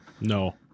no